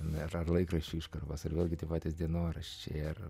merą ar laikraščių iškarpas ar vėlgi tie patys dienoraščiai ir